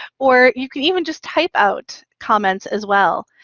or you can even just type out comments as well.